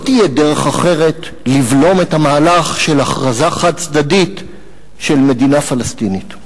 לא תהיה דרך אחרת לבלום את המהלך של הכרזה חד-צדדית על מדינה פלסטינית.